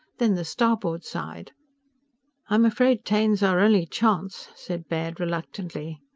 then the starboard side i'm afraid taine's our only chance, said baird reluctantly.